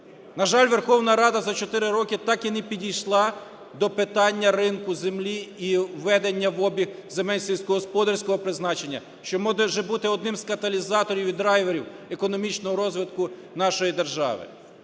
На жаль, Верховна Рада за чотири роки так і не підійшла до питання ринку землі і введення в обіг земель сільськогосподарського призначення, що може бути одним з каталізаторів і драйверів економічного розвитку нашої держави.